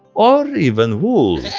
or even wool.